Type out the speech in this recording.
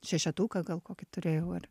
šešetuką gal kokį turėjau ar